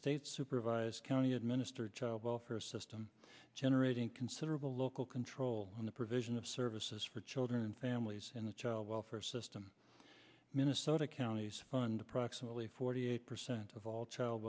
state supervised county administer child welfare system generating considerable local control in the provision of services for children and families in the child welfare system minnesota counties fund approximately forty eight percent of all child